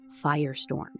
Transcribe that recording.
firestorm